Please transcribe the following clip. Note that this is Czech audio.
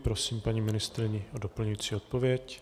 Prosím paní ministryni o doplňující odpověď.